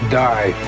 die